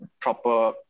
proper